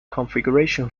configuration